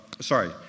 sorry